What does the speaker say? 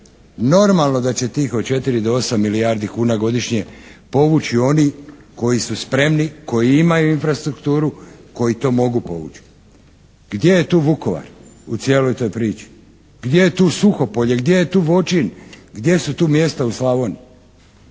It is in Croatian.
normalno da će tih od 4 do 8 milijardi kuna godišnje povući oni koji su spremni, koji imaju infrastrukturu, koji to mogu povući. Gdje je tu Vukovar u cijeloj toj priči? Gdje je tu Suhopolje, gdje je tu Voćin, gdje su tu mjesta u Slavoniji?